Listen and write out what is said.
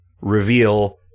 reveal